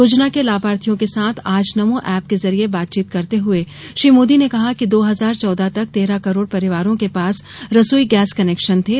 योजना के लाभार्थियों के साथ आज नमो एप के जरिए बातचीत करते हुए श्री मोदी ने कहा कि दो हजार चौदह तक तैरह करोड़ परिवारों के पास रसोई गैस कनेक्शन थे